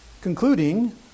concluding